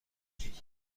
دهم